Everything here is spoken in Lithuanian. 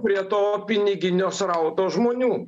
prie to piniginio srauto žmonių